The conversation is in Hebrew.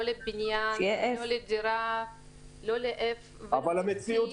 לא לבניין ולא לדירה -- אבל המציאות